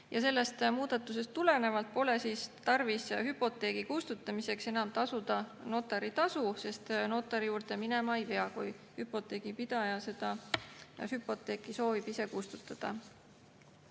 Sellest muudatusest tulenevalt pole tarvis hüpoteegi kustutamiseks enam tasuda notaritasu, sest notari juurde minema ei pea, kui hüpoteegipidaja hüpoteeki soovib ise kustutada.